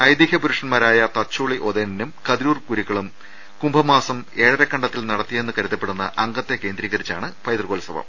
ഐതിഹൃ പുരുഷൻമാരായ തച്ചോളി ഒതേനനും കതിരൂർ ഗുരിക്കളും കുംഭമാസം ഏഴരക്കണ്ടത്തിൽ നടത്തിയെന്ന് കരുതപ്പെടുന്ന് അങ്കത്തെ കേന്ദ്രീകരിച്ചാണ് പൈതൃകോത്സവം